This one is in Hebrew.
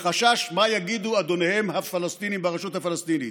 מחשש מה יגידו אדוניהם הפלסטינים ברשות הפלסטינית.